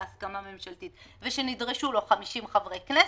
הסכמה ממשלתית ושנדרשו לו 50 חברי כנסת,